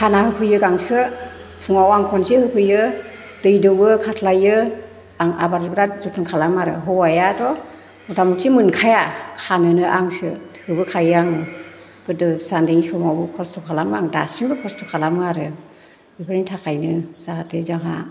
हाना होफैयो गांसो फुङाव आं खनसे होफैयो दै दौवो खास्लायो आं आबार बिराथ जथनो खालामो आरो हौवायाथ' मथा मथि मोनखाया खानोनो आंसो थोबोखायो आङो गोदो फिसा उन्दै समावबो खस्थ' खालामो आङो दासिमबो खस्थ' खालामो आरो बेफोरनि थाखायनो जाहाथे जोंहा